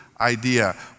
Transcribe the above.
idea